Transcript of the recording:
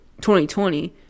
2020